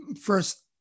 first